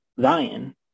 Zion